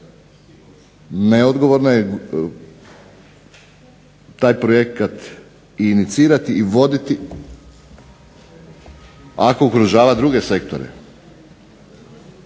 neodgovorno je taj projekat inicirati i voditi ako ugrožava druge sektore.